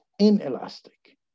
inelastic